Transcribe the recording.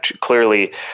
clearly